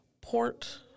port